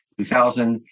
2000